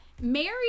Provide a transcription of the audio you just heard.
Mary